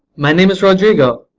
my name is roderigo.